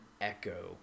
echo